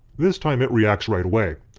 this time it reacts right away.